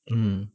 mmhmm